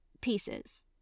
pieces